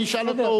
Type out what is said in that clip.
אני אשאל אותו.